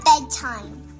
bedtime